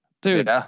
Dude